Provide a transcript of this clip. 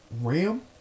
Ram